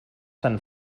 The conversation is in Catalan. tan